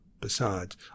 Besides